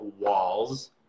walls